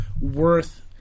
worth